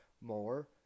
more